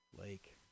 lake